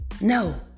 No